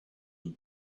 and